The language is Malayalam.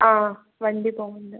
ആ വണ്ടി പോവുന്നുണ്ട്